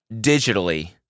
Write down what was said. digitally